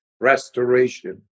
restoration